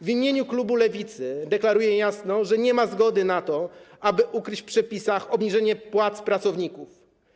W imieniu klubu Lewicy deklaruję jasno, że nie ma zgody na to, aby ukryć w przepisach obniżenie płac pracowników.